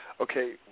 okay